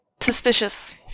suspicious